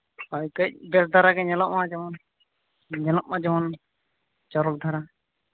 ᱦᱳᱭ ᱠᱟᱹᱡ ᱵᱮᱥ ᱫᱷᱟᱨᱟ ᱜᱮ ᱧᱮᱞᱚᱜ ᱢᱟ ᱡᱮᱢᱚᱱ ᱧᱮᱞᱚᱜ ᱢᱟ ᱡᱮᱢᱚᱱ ᱪᱚᱨᱚᱠ ᱫᱷᱟᱨᱟ